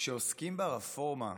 כשעוסקים ב"רפורמה",